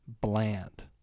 bland